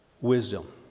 Wisdom